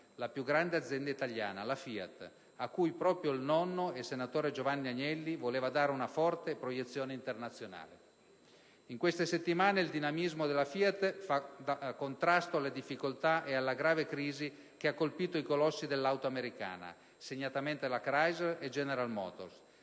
la più grande azienda italiana, la FIAT, a cui proprio il nonno, il senatore Giovanni Agnelli, volle dare una forte proiezione internazionale. In queste settimane il dinamismo della FIAT fa da contrasto alle difficoltà e alla grave crisi che ha colpito i colossi dell'auto americana, segnatamente *Chrysler* e *General Motors*,